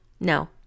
no